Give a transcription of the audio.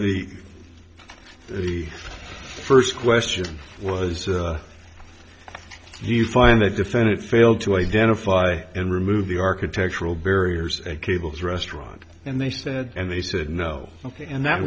the the first question was do you find the defendant failed to identify and remove the architectural barriers and cables restaurant and they said and they said no ok and that